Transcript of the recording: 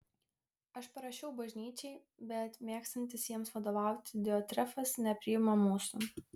aš parašiau bažnyčiai bet mėgstantis jiems vadovauti diotrefas nepriima mūsų